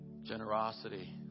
Generosity